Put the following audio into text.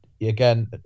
Again